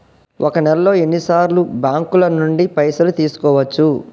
ఒక నెలలో ఎన్ని సార్లు బ్యాంకుల నుండి పైసలు తీసుకోవచ్చు?